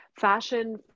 fashion